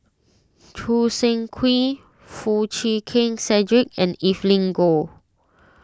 Choo Seng Quee Foo Chee Keng Cedric and Evelyn Goh